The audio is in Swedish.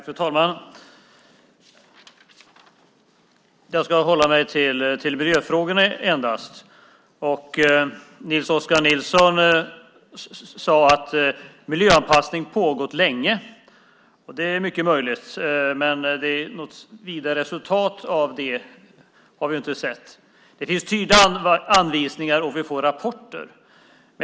Fru talman! Jag ska hålla mig till miljöfrågorna. Nils Oskar Nilsson sade att miljöanpassning har pågått länge. Det är mycket möjligt, men något vidare resultat av det har vi inte sett. Det finns tydliga anvisningar, och vi får rapporter.